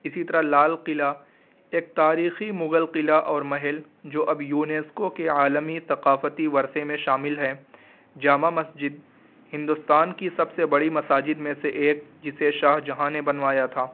اسی طرح لال قلعہ ایک تاریخی مغل قلعہ اور محل جو اب یونیسکو کے عالمی ثقافتی ورثے میں شامل ہیں جامع مسجد ہندوستان کی سب سے بڑی مساجد میں سے ایک جسے شاہجہاں نے بنوایا تھا